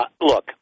Look